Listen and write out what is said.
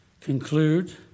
conclude